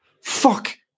fuck